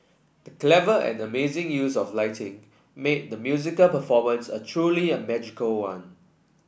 the clever and amazing use of lighting made the musical performance a truly a magical one